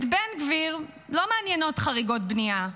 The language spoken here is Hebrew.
את בן גביר לא מעניינות חריגות בנייה,